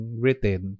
written